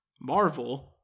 Marvel